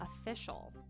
official